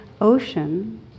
ocean